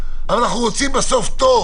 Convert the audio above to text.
אבל אנחנו רוצים טוב,